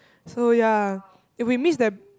so ya if we miss that